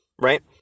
right